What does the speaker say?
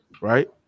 Right